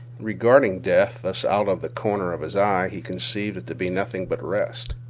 regarding death thus out of the corner of his eye he conceived it to be nothing but rest,